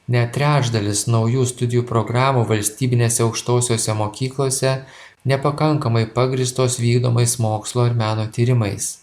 net trečdalis naujų studijų programų valstybinėse aukštosiose mokyklose nepakankamai pagrįstos vykdomais mokslo ir meno tyrimais